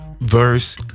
verse